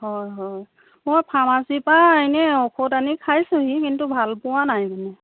হয় হয় মই ফাৰ্মাচীৰ পৰা এনেই ঔষধ আনি খাইছোঁহি কিন্তু ভাল পোৱা নাই মানে